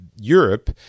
europe